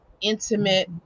intimate